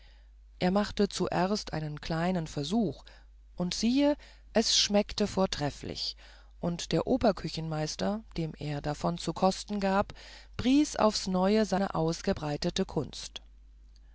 er machte zuerst einen kleinen versuch und siehe es schmeckte trefflich und der oberküchenmeister dem er davon zu kosten gab pries aufs neue seine ausgebreitete kunst